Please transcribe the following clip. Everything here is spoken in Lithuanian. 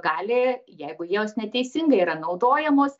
gali jeigu jos neteisingai yra naudojamos